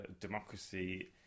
democracy